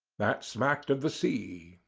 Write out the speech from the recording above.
that smacked of the sea.